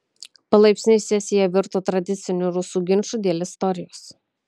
palaipsniui sesija virto tradiciniu rusų ginču dėl istorijos